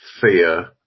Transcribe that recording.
fear